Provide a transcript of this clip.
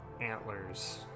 antlers